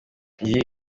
iyi